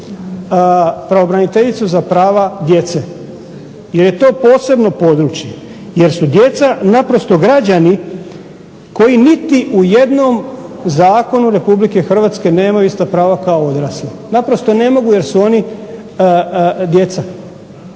pravobraniteljicu za prava djece jer je to posebno područje, jer su djeca naprosto građani koji niti u jednom zakonu RH nemaju ista prava kao odrasli, naprosto ne mogu jer su oni djeca.